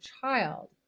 child